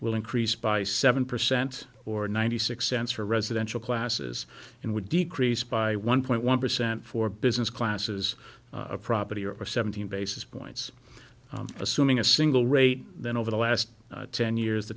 will increase by seven percent or ninety six cents for residential classes and would decrease by one point one percent for business classes a property over seven hundred basis points assuming a single rate then over the last ten years the